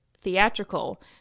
theatrical